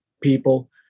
People